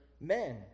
men